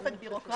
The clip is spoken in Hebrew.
תוספת בירוקרטיה.